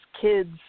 kids